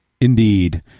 Indeed